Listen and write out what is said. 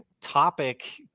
topic